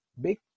big